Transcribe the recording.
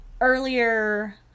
earlier